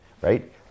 right